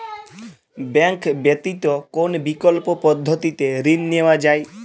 Bank ব্যতিত কোন বিকল্প পদ্ধতিতে ঋণ নেওয়া যায়?